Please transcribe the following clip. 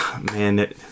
man